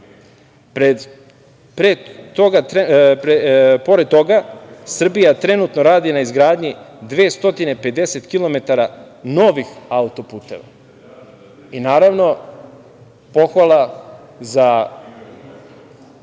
Pored toga, Srbija trenutno radi na izgradnji 250 km novih auto-puteva. I naravno, pohvala za…